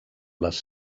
les